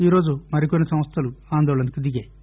ఈరోజు మరికొన్ని సంస్థలు ఆందోళనకు దిగాయి